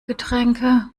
getränke